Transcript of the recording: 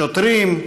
שוטרים,